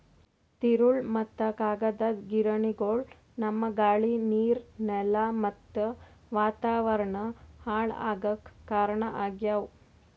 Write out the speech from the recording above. ತಿರುಳ್ ಮತ್ತ್ ಕಾಗದದ್ ಗಿರಣಿಗೊಳು ನಮ್ಮ್ ಗಾಳಿ ನೀರ್ ನೆಲಾ ಮತ್ತ್ ವಾತಾವರಣ್ ಹಾಳ್ ಆಗಾಕ್ ಕಾರಣ್ ಆಗ್ಯವು